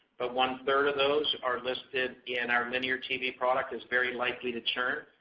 but one-third of those are listed in our linear tv product as very likely to churn,